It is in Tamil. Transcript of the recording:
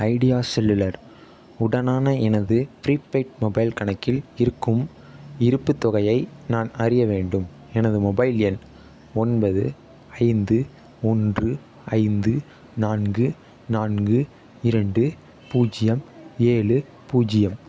ஐடியா செல்லுலர் உடனான எனது ப்ரீபெய்ட் மொபைல் கணக்கில் இருக்கும் இருப்புத் தொகையை நான் அறிய வேண்டும் எனது மொபைல் எண் ஒன்பது ஐந்து ஒன்று ஐந்து நான்கு நான்கு இரண்டு பூஜ்ஜியம் ஏழு பூஜ்ஜியம்